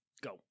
go